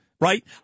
Right